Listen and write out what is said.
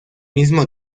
mismo